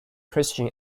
christian